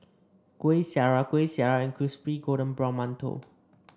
Kuih Syara Kuih Syara and Crispy Golden Brown Mantou